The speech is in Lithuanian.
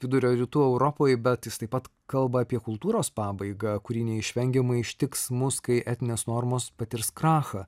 vidurio rytų europoje bet jis taip pat kalba apie kultūros pabaigą kuri neišvengiamai ištiks mus kai etinės normos patirs krachą